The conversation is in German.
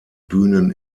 bühnen